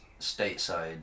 stateside